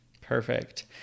Perfect